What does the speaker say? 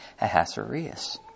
Ahasuerus